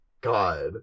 God